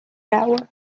hour